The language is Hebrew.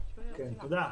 תודה.